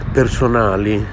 personali